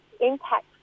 impact